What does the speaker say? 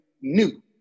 new